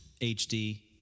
HD